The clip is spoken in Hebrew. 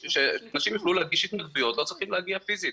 שאנשים יוכלו להגיש התנגדויות ולא צריכים להגיע פיסית.